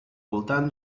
voltant